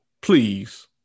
Please